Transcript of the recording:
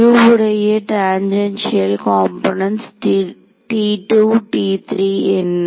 U உடைய tangential components என்ன